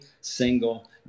single